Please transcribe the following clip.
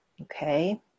okay